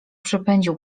przepędził